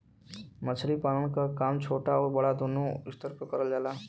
मछली पालन क काम छोटा आउर बड़ा दूनो स्तर पे करल जाला